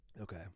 Okay